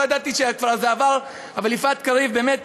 לא ידעתי שזה כבר עבר, אבל יפעת קריב באמת